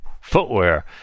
footwear